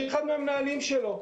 אני אחד מן המנהלים שלו,